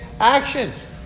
actions